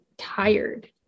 Tired